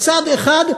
צד אחד,